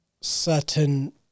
certain